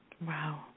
Wow